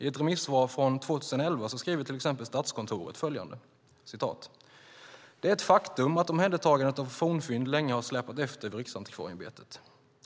I ett remissvar från 2011 skriver till exempel Statskontoret att det är "ett faktum att omhändertagandet av fornfynd länge har släpat efter vid Riksantikvarieämbetet.